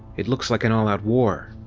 it looks like an all-out war!